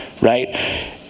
Right